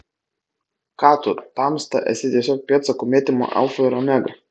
ką tu tamsta esi tiesiog pėdsakų mėtymo alfa ir omega